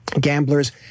gamblers